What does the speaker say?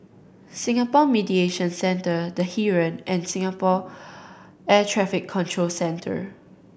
Singapore Mediation Center The Heeren and Singapore Air Traffic Control Center